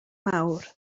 mawr